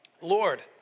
Lord